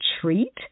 Treat